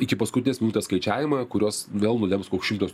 iki paskutinės minutės skaičiavimą kurios vėl nulems koks šimtas